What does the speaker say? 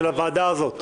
של הוועדה הזאת.